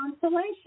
consolation